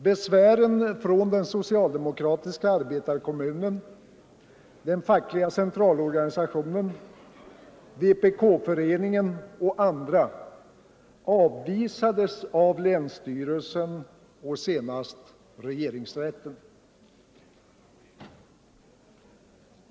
Besvären från den socialdemokratiska arbetarkommunen, den fackliga centralorgani sationen, vpk-föreningen och andra har avvisats av länsstyrelsen och senast av regeringsrätten.